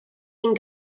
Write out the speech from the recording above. den